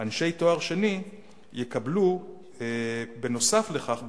יקבלו בנוסף לכך,